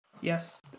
Yes